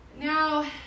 Now